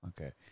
Okay